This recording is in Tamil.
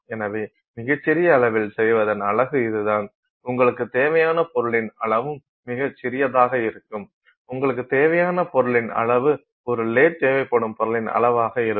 எனவே மிகச் சிறிய அளவில் செய்வதன் அழகு இதுதான் உங்களுக்குத் தேவையான பொருளின் அளவும் மிகச் சிறியதாக இருக்கும் உங்களுக்குத் தேவையான பொருளின் அளவு ஒரு லேத் தேவைப்படும் பொருளின் அளவாக இருக்கும்